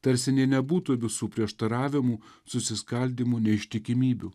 tarsi nė nebūtų visų prieštaravimų susiskaldymų neištikimybių